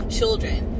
children